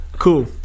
Cool